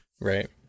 right